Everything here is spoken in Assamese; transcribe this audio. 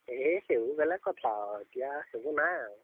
এই সেইবোৰ বেলেগ কথা আৰু এতিয়া সেইবোৰ নাই আৰু